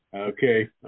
okay